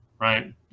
right